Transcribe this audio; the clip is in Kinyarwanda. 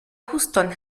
houston